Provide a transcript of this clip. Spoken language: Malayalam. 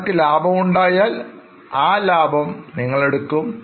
നിങ്ങൾക്ക് ലാഭം ഉണ്ടായാൽ ആ ലാഭം നിങ്ങൾ എടുക്കും